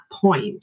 point